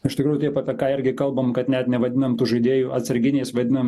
iš tikrųjų taip apie ką irgi kalbam kad net nevadinam tų žaidėjų atsarginiais vadinam